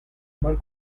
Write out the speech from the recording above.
mal